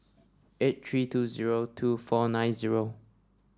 eight three two zero two four nine zero